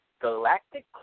Galactic